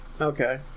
Okay